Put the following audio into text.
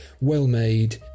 well-made